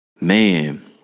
Man